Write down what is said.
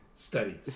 Studies